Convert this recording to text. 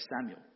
Samuel